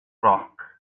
roc